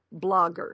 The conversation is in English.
blogger